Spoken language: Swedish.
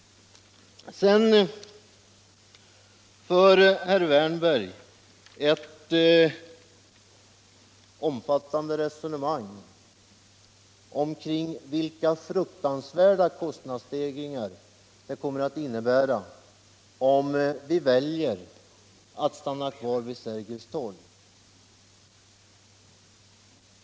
Herr Wärnberg för ett omfattande resonemang omkring vilka fruktansvärda kostnadsstegringar det kommer att innebära om vi väljer att stanna kvar vid Sergels torg.